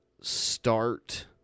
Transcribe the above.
Start